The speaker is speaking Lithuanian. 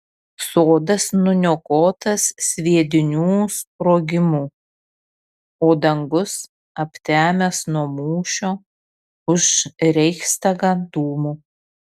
sodas nuniokotas sviedinių sprogimų o dangus aptemęs nuo mūšio už reichstagą dūmų